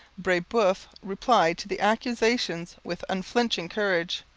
brebeuf replied to the accusations with unflinching courage,